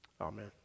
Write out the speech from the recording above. Amen